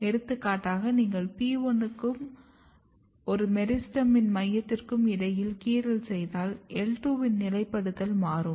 எடுத்துக்காட்டாக நீங்கள் P1 க்கும் ஒரு மெரிஸ்டெமின் மையத்திற்கும் இடையில் கீறல் செய்தால் L2 இன் நிலைப்படுத்தல் மாறும்